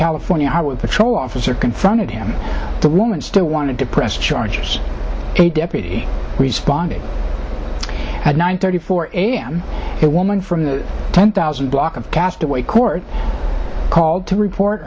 california highway patrol officer confronted him the woman still wanted to press charges a deputy responded at nine thirty four a m a woman from the ten thousand block of castaway court called to report